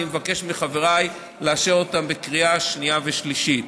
אני מבקש מחבריי לאשר אותה בקריאה שנייה ושלישית.